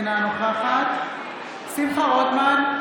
אינה נוכחת שמחה רוטמן,